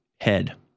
head